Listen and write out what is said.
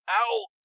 Ow